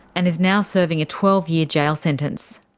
and is now serving a twelve year jail sentence.